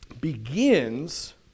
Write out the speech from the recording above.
begins